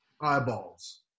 eyeballs